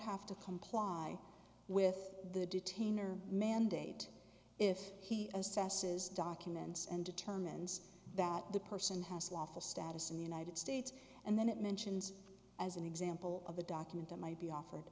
have to comply with the detain or mandate if he assesses documents and determines that the person has lawful status in the united states and then it mentions as an example of a document that might be offered